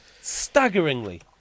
Staggeringly